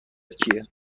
کیه